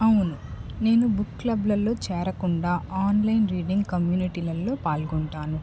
అవును నేను బుక్ క్లబ్లల్లో చేరకుండా ఆన్లైన్ రీడింగ్ కమ్యూనిటీలల్లో పాల్గొంటాను